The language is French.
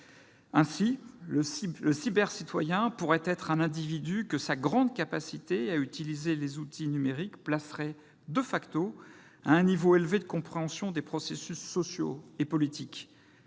variées. Le cybercitoyen pourrait être un individu que sa grande facilité à utiliser les outils numériques placerait à un niveau élevé de compréhension des processus sociaux et politiques.